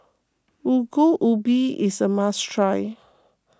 Ongol Ubi is a must try